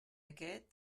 aquest